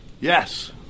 yes